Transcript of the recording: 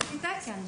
לפי תקן.